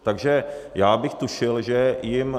Takže já bych tušil, že jim...